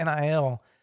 NIL